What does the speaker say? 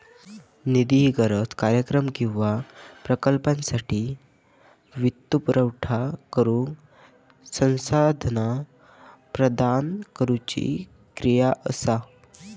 निधी ही गरज, कार्यक्रम किंवा प्रकल्पासाठी वित्तपुरवठा करुक संसाधना प्रदान करुची क्रिया असा